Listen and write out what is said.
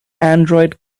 android